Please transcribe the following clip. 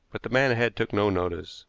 but the man ahead took no notice,